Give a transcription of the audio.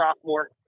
sophomore